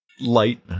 light